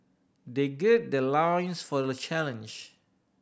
they gird their loins for the challenge